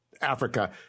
Africa